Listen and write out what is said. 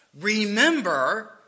Remember